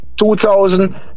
2000